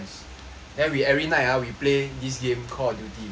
then we every night ah we play this game call of duty